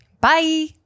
bye